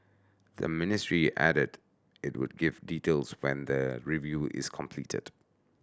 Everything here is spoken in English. the ministry added that it would give details when the review is completed